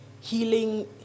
healing